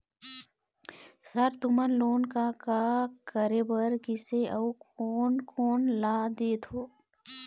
Sir तुमन loan का का करें बर, किसे अउ कोन कोन ला देथों?